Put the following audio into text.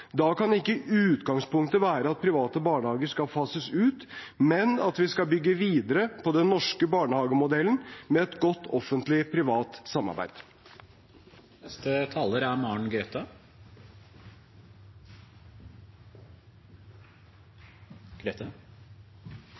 Da kan ikke utgangspunktet være at private barnehager skal fases ut, men at vi skal bygge videre på den norske barnehagemodellen med et godt offentlig-privat samarbeid. Barnehagene våre er